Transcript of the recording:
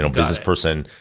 so business person,